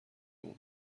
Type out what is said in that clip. مون